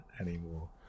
anymore